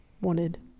Wanted